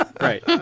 Right